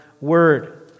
word